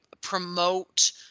promote